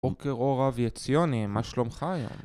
בוקר אור אבי עציוני, מה שלומך היום?